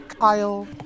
Kyle